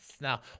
Now